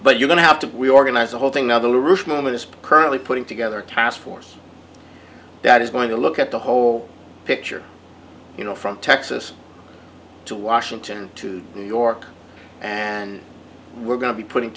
but you don't have to we organize the whole thing other routes moment as currently putting together a task force that is going to look at the whole picture you know from texas to washington to new york and we're going to be putting